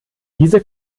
diese